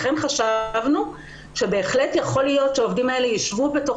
לכן חשבנו שיכול להיות שהעובדים האלה ישבו בתוך